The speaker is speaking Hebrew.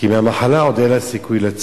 כי מהמחלה עוד היה לה סיכוי לצאת,